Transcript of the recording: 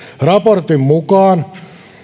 raportin mukaan